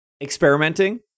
experimenting